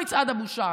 מצעד הבושה,